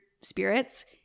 spirits